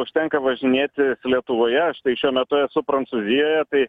užtenka važinėti lietuvoje aš tai šiuo metu esu prancūzijoje tai